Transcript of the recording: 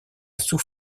sous